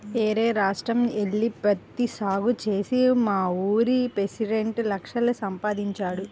యేరే రాష్ట్రం యెల్లి పత్తి సాగు చేసి మావూరి పెసిడెంట్ లక్షలు సంపాదించాడు